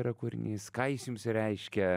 yra kūrinys ką jis jums reiškia